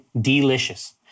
Delicious